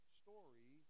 story